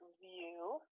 View